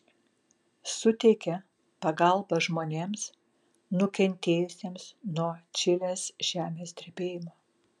suteikė pagalbą žmonėms nukentėjusiems nuo čilės žemės drebėjimo